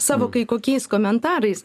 savo kai kokiais komentarais